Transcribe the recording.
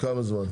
לכמה זמן?